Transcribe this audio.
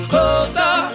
Closer